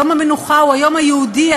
יום המנוחה הוא היום היהודי,